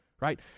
right